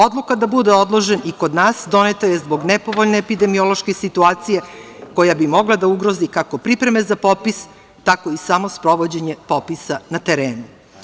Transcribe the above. Odluka da bude odložen kod nas doneta je zbog nepovoljne epidemiološke situacije koja bi mogla da ugrozi kako pripreme za popis, tako i samo sprovođenje popisa na terenu.